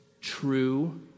true